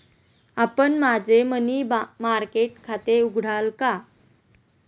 आपण माझे money market खाते उघडाल का?